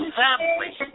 family